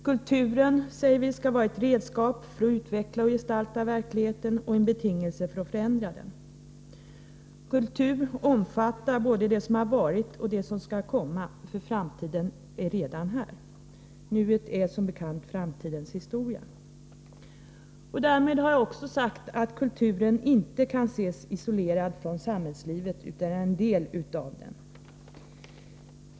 Kulturen skall vara ett redskap för att utveckla och gestalta verkligheten och en betingelse för att förändra den. Kultur omfattar både det som har varit och det som skall komma, för framtiden är redan här. Nuet är som bekant framtidens historia. Därmed har jag också sagt att kulturen inte kan ses isolerad från samhällslivet utan är en del av det.